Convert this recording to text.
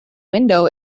window